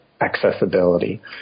accessibility